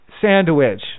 sandwich